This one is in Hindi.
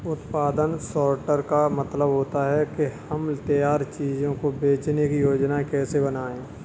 उत्पादन सॉर्टर का मतलब होता है कि हम तैयार चीजों को बेचने की योजनाएं कैसे बनाएं